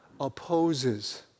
opposes